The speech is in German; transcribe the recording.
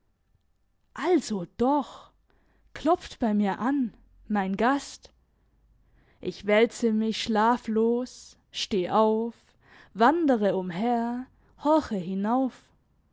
also doch klopft bei mir an mein gast ich wälze mich schlaflos steh auf wandere umher horche hinauf